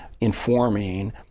informing